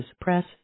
press